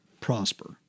prosper